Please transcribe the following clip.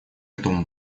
этому